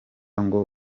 ngo